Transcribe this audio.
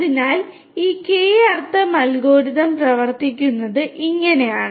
അതിനാൽ ഈ കെ അർത്ഥം അൽഗോരിതം പ്രവർത്തിക്കുന്നത് ഇങ്ങനെയാണ്